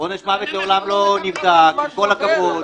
--- עונש מוות לעולם לא נבדק עם כל הכבוד.